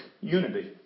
unity